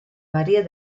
maria